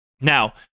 Now